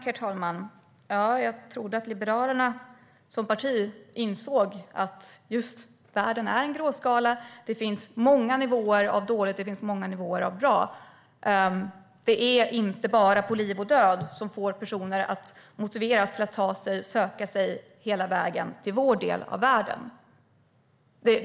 Herr talman! Visst, jag trodde väl att Liberalerna som parti insåg att världen har en gråskala. Det finns många nivåer av dåligt, och det finns många nivåer av bra. Det är inte bara när det är på liv och död som personer motiveras att söka sig hela vägen till vår del av världen.